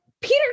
Peter